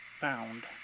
found